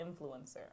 influencer